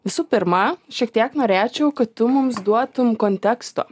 visų pirma šiek tiek norėčiau kad tu mums duotum konteksto